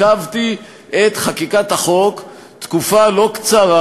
עיכבתי את חקיקת החוק תקופה לא קצרה,